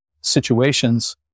situations